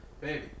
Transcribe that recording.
baby